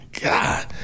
God